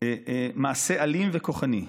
מעשה אלים וכוחני,